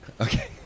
Okay